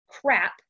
Crap